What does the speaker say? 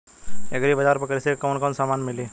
Agri बाजार पर कृषि के कवन कवन समान मिली?